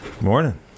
morning